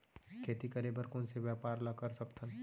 खेती करे बर कोन से व्यापार ला कर सकथन?